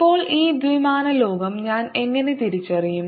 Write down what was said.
ഇപ്പോൾ ഈ ദ്വിമാന ലോകം ഞാൻ എങ്ങനെ തിരിച്ചറിയും